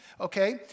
okay